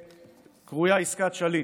שקרויה "עסקת שליט",